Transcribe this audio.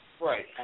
Right